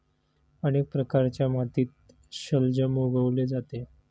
अनेक प्रकारच्या मातीत शलजम उगवले जाते